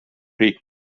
riik